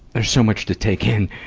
there's so much to take in.